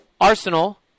Arsenal